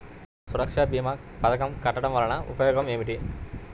సురక్ష భీమా పథకం కట్టడం వలన ఉపయోగం ఏమిటి?